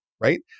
right